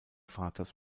vaters